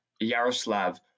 Yaroslav